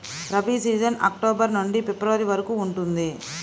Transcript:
rabi season October నుండి February వరకు ఉంటుంది